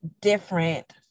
different